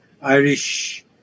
Irish